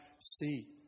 see